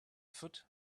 foot